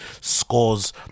scores